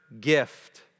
gift